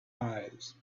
eyes